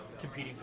competing